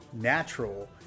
natural